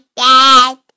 dad